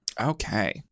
okay